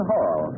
Hall